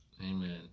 Amen